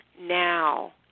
now